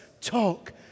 talk